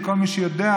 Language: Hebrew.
וכל מי שיודע,